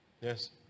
Yes